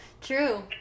True